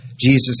Jesus